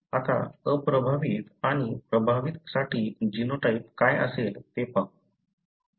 आता अप्रभावित आणि प्रभावितसाठी जीनोटाइप काय असेल ते पाहू